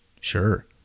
Sure